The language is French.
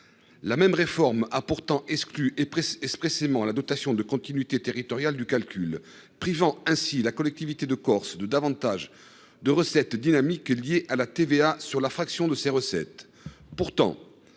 la même réforme a pourtant exclu et presse expressément la dotation de continuité territoriale du calcul, privant ainsi la collectivité de Corse de davantage de recettes dynamiques liées à la TVA sur la fraction de ses recettes,